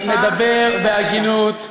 אני מדבר בהגינות.